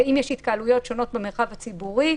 ואם יש התקהלויות שונות במרחב הציבורי,